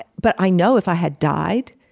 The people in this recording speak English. but i know if i had died,